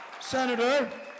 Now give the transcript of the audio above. Senator